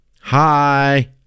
hi